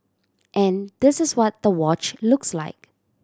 and this is what the watch looks like